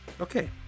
Okay